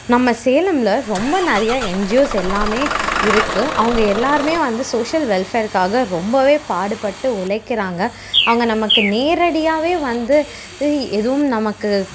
நம்ம சேலம்ல ரொம்ப நிறைய என்ஜிஓஸ் எல்லாம் இருக்குது அவங்க எல்லாரும் வந்து சோஷியல் வெல்ஃபேர்காக ரொம்ப பாடுபட்டு உழைக்கிறாங்க அவங்க நமக்கு நேரடியாக வந்து இ எதுவும் நமக்கு